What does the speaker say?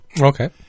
Okay